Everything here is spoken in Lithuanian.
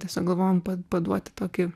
tiesiog galvojom pa paduoti tokį